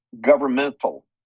governmental